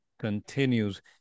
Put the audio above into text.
continues